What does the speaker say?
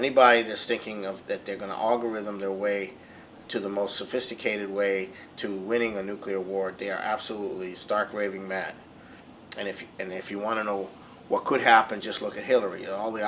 anybody that stinking of that they're going to all go in there way to the most sophisticated way to winning a nuclear war dare absolutely stark raving mad and if you and if you want to know what could happen just look at hillary all the